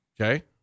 Okay